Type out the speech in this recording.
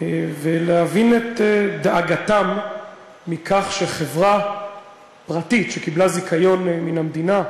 ולהבין את דאגתם מכך שחברה פרטית שקיבלה זיכיון מן המדינה,